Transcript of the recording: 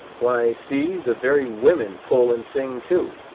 why see, the very women pull and sing too.